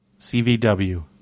CVW